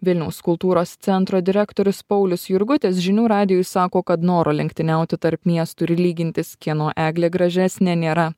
vilniaus kultūros centro direktorius paulius jurgutis žinių radijui sako kad noro lenktyniauti tarp miestų ir lygintis kieno eglė gražesnė nėra